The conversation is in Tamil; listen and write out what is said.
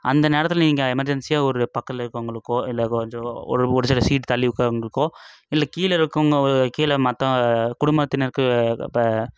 அந்த நேரத்தில் நீங்கள் எமர்ஜென்சியாக ஒரு பக்கத்தில் இருக்கிறவங்களுக்கோ இல்லை கொஞ்சம் ஒரு ஒரு சில சீட் தள்ளி உட்காருறவங்களுக்கோ இல்லை கீழே இருக்கறவங்க கீழே மற்ற குடும்பத்தினருக்கு இப்போ